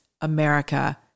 America